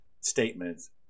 statements